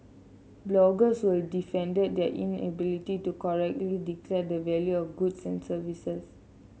bloggers who defended their inability to correctly declare the value of goods and services